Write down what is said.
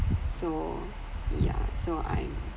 so yeah so I'm